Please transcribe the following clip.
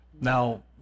now